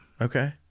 okay